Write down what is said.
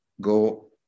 go